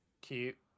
Cute